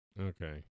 Okay